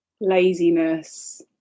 Laziness